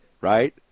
Right